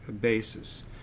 basis